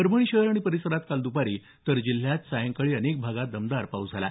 परभणी शहर आणि परिसरात काल द्पारी तर जिल्ह्यात सायंकाळी अनेक भागांत दमदार पाऊस झाला